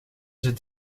zit